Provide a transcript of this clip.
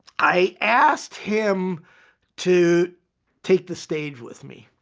i asked him to take the stage with me.